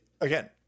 again